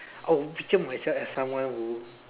I will picture myself as someone who